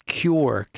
cure